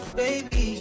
baby